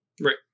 Right